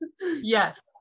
yes